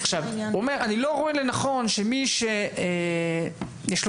הוא אומר שהוא לא רואה לנכון שמי שיש לו